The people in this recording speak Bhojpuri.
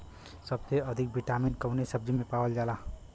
सबसे अधिक विटामिन कवने सब्जी में पावल जाला?